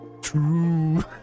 true